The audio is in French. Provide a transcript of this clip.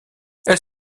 elle